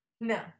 No